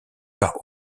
par